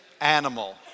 animal